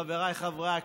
חבריי חברי הכנסת,